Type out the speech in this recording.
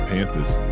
Panthers